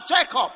Jacob